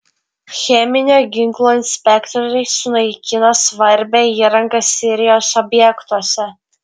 cheminio ginklo inspektoriai sunaikino svarbią įrangą sirijos objektuose